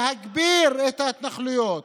להגביר את ההתנחלויות,